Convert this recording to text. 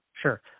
Sure